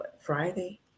Friday